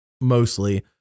mostly